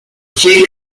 chip